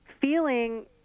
feeling